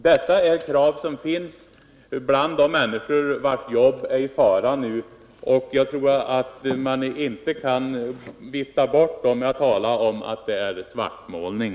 Det är krav som ställs av människor vilkas jobb är i fara nu. Jag tror inte man kan vifta bort dem med att tala om svartmålning.